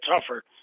tougher